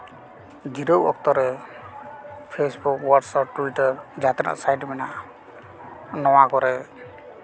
ᱡᱤᱨᱟᱹᱣ ᱚᱠᱛᱚ ᱨᱮ ᱯᱷᱮᱥᱵᱩᱠ ᱣᱟᱴᱥᱮᱯ ᱴᱩᱭᱴᱟᱨ ᱡᱟᱦᱟᱸ ᱛᱤᱱᱟᱹᱜ ᱥᱟᱭᱤᱴ ᱢᱮᱱᱟᱜᱼᱟ ᱱᱚᱣᱟ ᱠᱚᱨᱮᱜ